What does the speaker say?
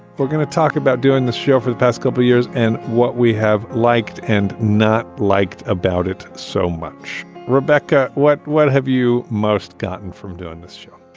we're going to talk about doing the show for the past couple years and what we have liked and not liked about it so much. rebecca, what what have you most gotten from doing this show?